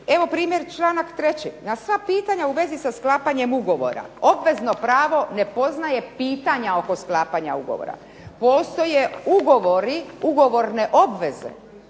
Evo primjer članak 3. Na sva pitanja u vezi sa sklapanjem ugovora obvezno pravo ne poznaje pitanja oko sklapanja ugovora, postoje ugovori, ugovorne obveze,